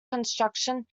construction